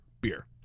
beer